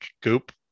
goop